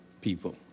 people